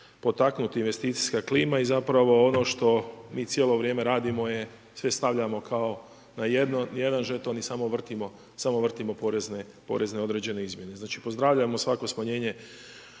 potaknuti investicijska klima i zapravo ono što mi cijelo vrijeme radimo je sve stavljamo kao na jedan žeton i samo vrtimo porezne određene izmjene. Znači, pozdravljamo svako smanjenje